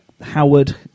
Howard